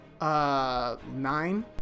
Nine